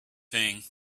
thing